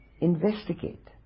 investigate